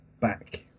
back